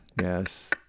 yes